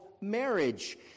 marriage